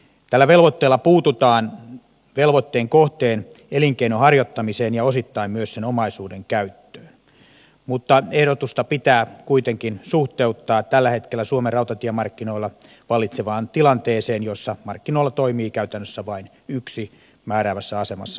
tällä velvoitteella puututaan velvoitteen kohteen elinkeinon harjoittamiseen ja osittain myös sen omaisuuden käyttöön mutta ehdotusta pitää kuitenkin suhteuttaa tällä hetkellä suomen rautatiemarkkinoilla vallitsevaan tilanteeseen jossa markkinoilla toimii käytännössä vain yksi määräävässä asemassa oleva toimija